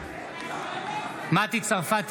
בעד מטי צרפתי